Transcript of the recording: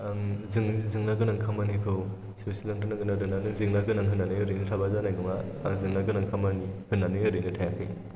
आं जेंना गोनां खामानिखौ सौसिलांथारनांगोन आरोना नों जेंना गोनां होननानै ओरैनो थाबा जानाय नङा आरो जेंना गोनां खामानि होननानै ओरैनो थायाखै